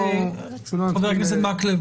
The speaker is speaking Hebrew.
חבת הכנסת מקלב,